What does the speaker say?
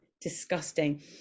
disgusting